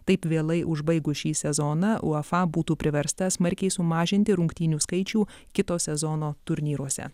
taip vėlai užbaigus šį sezoną uefa būtų priversta smarkiai sumažinti rungtynių skaičių kito sezono turnyruose